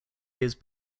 his